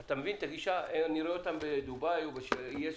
אתה מבין את הגישה: אני רואה אותם בדובאי או באיי סיישל?